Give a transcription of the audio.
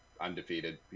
undefeated